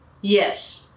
Yes